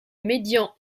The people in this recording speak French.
médian